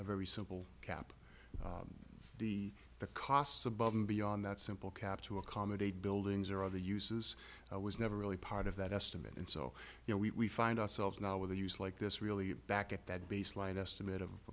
a very simple cap the costs above and beyond that simple cap to accommodate buildings or other uses was never really part of that estimate and so you know we find ourselves now with a use like this really back at that baseline estimate of